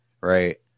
right